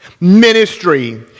ministry